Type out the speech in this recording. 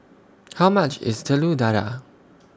How much IS Telur Dadah